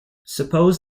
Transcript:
suppose